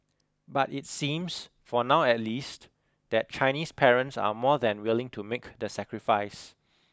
but it seems for now at least that Chinese parents are more than willing to make the sacrifice